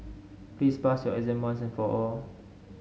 please pass your exam once and for all